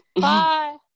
Bye